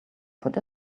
put